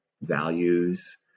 values